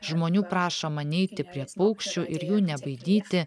žmonių prašoma neiti prie paukščių ir jų nebaidyti